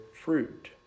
fruit